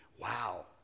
wow